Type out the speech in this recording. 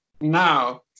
Now